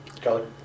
Kelly